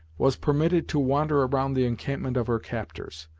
was permitted to wander around the encampment of her captors.